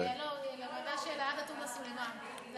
לא, לוועדה של עאידה תומא סלימאן.